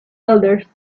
elders